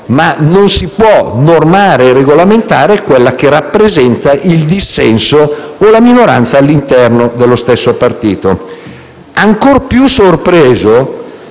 Non si può però normare e regolamentare quello che rappresenta il dissenso o la minoranza all'interno dello stesso partito. Ancora più sorpreso